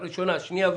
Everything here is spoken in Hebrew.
אם זה 10 שנים,